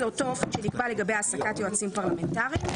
זה אותו אופן שנקבע לגבי העסקת היועצים הפרלמנטריים.